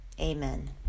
Amen